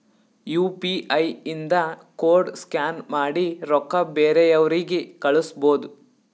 you P I ಇಂದ code scan ಮಾಡಿ ರೊಕ್ಕಾ ಬೇರೆಯವ್ರಿಗಿ ಕಳುಸ್ಬೋದ್